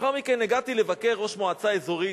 לאחר מכן הגעתי לבקר ראש מועצה אזורית.